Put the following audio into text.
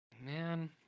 man